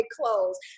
clothes